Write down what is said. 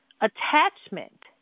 attachment